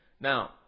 Now